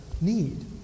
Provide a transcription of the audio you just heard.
need